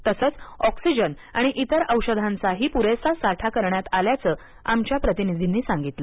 तसंच ऑक्सिजन आणि इतर औषधांचाही पुरेसा साठा करण्यात आल्याचं आमच्या प्रतिनिधीन सांगितल